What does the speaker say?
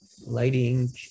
lighting